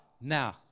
now